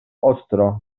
ostro